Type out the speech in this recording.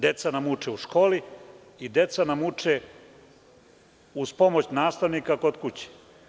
Deca nam uče u školi i deca nam uče uz pomoć nastavnika kod kuće.